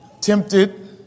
tempted